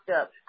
up